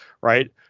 right